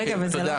אוקיי, תודה.